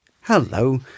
Hello